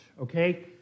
okay